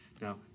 Now